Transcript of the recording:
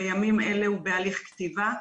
בימים אלה הוא בהליך כתיבה.